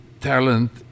talent